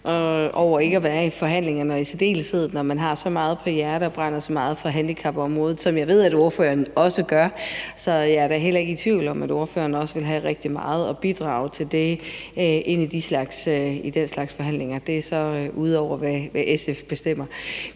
over ikke at være i forhandlingerne og i særdeleshed, når man har så meget på hjerte og brænder så meget for området, som jeg ved ordføreren gør. Så jeg er da heller ikke i tvivl om, at ordføreren også vil have rigtig meget at bidrage med i den slags forhandlinger. Det er så ud over, hvad SF bestemmer.